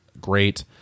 great